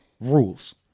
rules